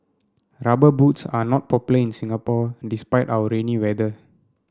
rubber boots are not popular in Singapore despite our rainy weather